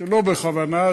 שלא בכוונה,